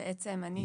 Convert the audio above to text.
למעשה אני,